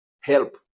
help